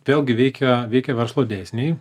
vėlgi veikia veikia verslo dėsniai